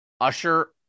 usher